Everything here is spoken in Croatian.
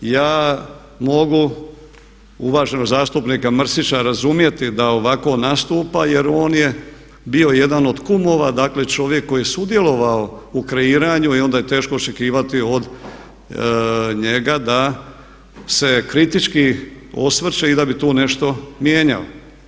Ja mogu uvaženog zastupnika Mrsića razumjeti da ovako nastupa jer on je bio jedan od kumova, dakle čovjek koji je sudjelovao u kreiranju i onda je teško očekivati od njega da se kritički osvrće i da bi tu nešto mijenjao.